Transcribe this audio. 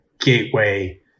gateway